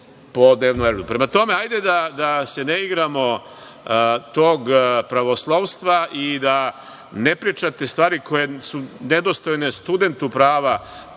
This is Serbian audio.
redu. Prema tome, hajde da se ne igramo tog pravoslovstva i da ne pričate stvari koje su nedostojne studentu prava,